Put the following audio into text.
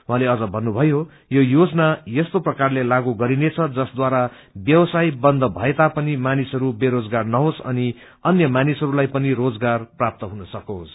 उझँते अझ भन्नुथवो यो योजना यस्तो प्रकारले लागू गरिनेछ जसद्वारा ब्यवसाय बन्द भएता पनि मानिसहरू बेरोजगार नहोस् अनि अन्य मानिसहरूलाई रोजगार प्राप्त हुन सकोस्